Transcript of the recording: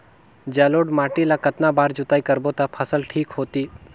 जलोढ़ माटी ला कतना बार जुताई करबो ता फसल ठीक होती?